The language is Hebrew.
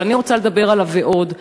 אבל אני רוצה לדבר על ה"ועוד".